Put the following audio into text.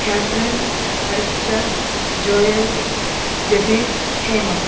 Catherine அரிஸ்ட்ரா Joel Jebin Hema